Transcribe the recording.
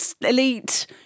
elite